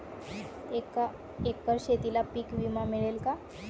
एका एकर शेतीला पीक विमा मिळेल का?